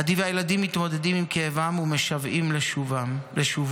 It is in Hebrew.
עדי והילדים מתמודדים עם כאבם ומשוועים לשובו.